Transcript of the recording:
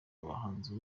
abahanzi